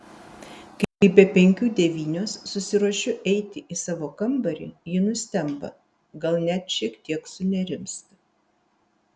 kai be penkių devynios susiruošiu eiti į savo kambarį ji nustemba gal net šiek tiek sunerimsta